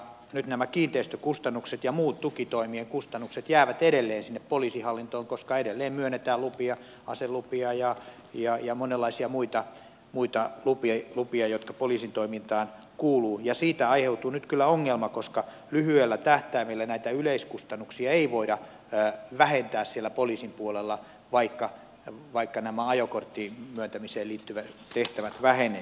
nyt nämä kiinteistökustannukset ja muut tukitoimien kustannukset jäävät edelleen sinne poliisihallintoon koska edelleen myönnetään lupia aselupia ja monenlaisia muita lupia jotka poliisin toimintaan kuuluvat ja siitä aiheutuu nyt kyllä ongelma koska lyhyellä tähtäimellä näitä yleiskustannuksia ei voida vähentää siellä poliisin puolella vaikka nämä ajokorttien myöntämiseen liittyvät tehtävät vähenevät